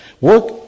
Work